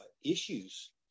issues